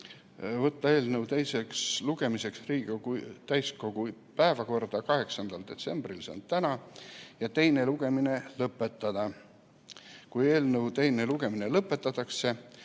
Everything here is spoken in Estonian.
võtta eelnõu teiseks lugemiseks Riigikogu täiskogu päevakorda 8. detsembriks, see on täna, ja teine lugemine lõpetada. Kui eelnõu teine lugemine lõpetatakse,